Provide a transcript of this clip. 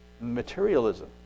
materialism